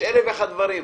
יש אלף ואחד דברים.